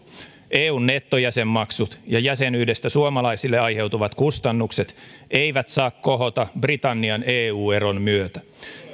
eun nettojäsenmaksut ja jäsenyydestä suomalaisille aiheutuvat kustannukset eivät saa kohota britannian eu eron myötä